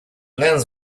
lens